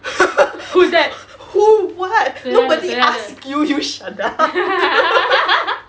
who what nobody asked you you shut up